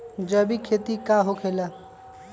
जैविक खेती का होखे ला?